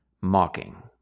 mocking